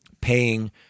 paying